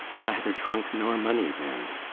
neither trunk nor money, then?